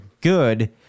good